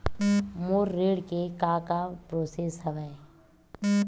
मोर ऋण के का का प्रोसेस हवय?